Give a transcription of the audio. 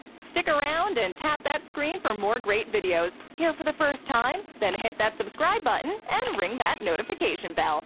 stick around and tap that screen for more great videos. here for the first time? then hit that subscribe button and ring that notification bell.